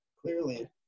Clearly